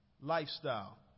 lifestyle